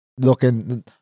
looking